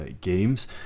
games